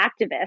activists